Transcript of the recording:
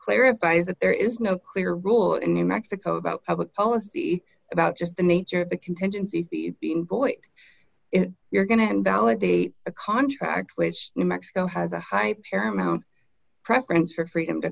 clarifies that there is no clear rule in new mexico about public policy about just the nature of the contingency being boy if you're going to and validate a contract which in mexico has a high paramount preference for freedom to